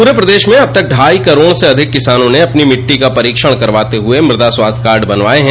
पूरे प्रदेश में अब तक ढाई करोड़ से अधिक किसानों ने अपनी मिट्टी का परीक्षण करवाते हुए मृदा स्वास्थ्य कार्ड बनवाये हैं